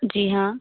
जी हाँ